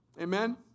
Amen